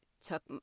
took